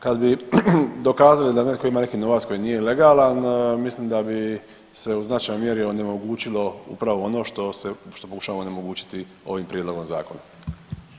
Kad bi dokazali da netko ima neki novac koji nije legalan mislim da bi se u značajnoj mjeri onemogućilo upravo ono što se pokušava onemogućiti ovim prijedlogom zakona.